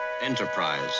Enterprise